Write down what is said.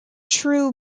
true